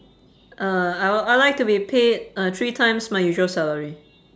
uh I would I'd like to be paid uh three times my usual salary